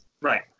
right